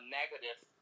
negative